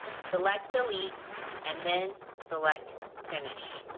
select delete and then select finish.